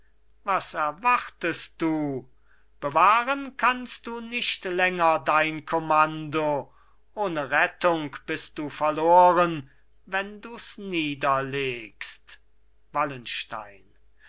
was erwartest du bewahren kannst du nicht länger dein kommando ohne rettung bist du verloren wenn dus niederlegst wallenstein